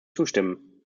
zustimmen